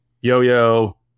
Yo-Yo